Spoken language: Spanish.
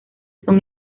son